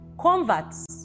converts